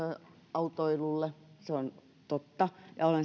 autoilulle se on totta ja olen